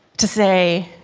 to say,